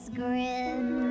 grin